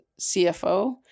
CFO